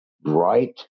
bright